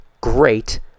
great